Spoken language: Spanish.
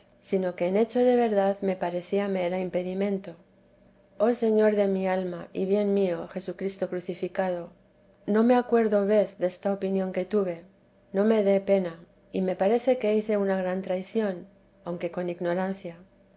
sino que en hecho de verdad me parecía me era impedimento oh señor de mi alma y bien mío jesucristo crucificado no me acuerdo vez desta opinión que tuve no me dé pena y me parece que hice una gran traición aunque con ignorancia